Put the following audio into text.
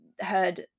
heard